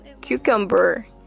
cucumber